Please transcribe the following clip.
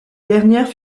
dernière